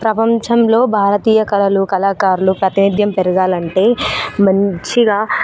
ప్రపంచంలో భారతీయ కళలు కళాకారులు ప్రాతినిధ్యం పెరగాలంటే మంచిగా